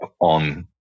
on